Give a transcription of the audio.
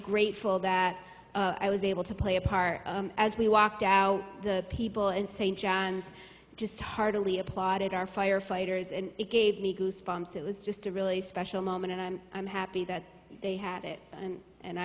grateful that i was able to play a part as we walked out the people in st john's just heartily applauded our firefighters and it gave me goosebumps it was just a really special moment and i'm happy that they had it and and i